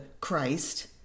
Christ